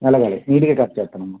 అలాగలగే నీటుగా కట్ చేస్తాను అమ్మ